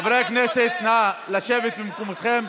חברי הכנסת, נא לשבת במקומותיכם.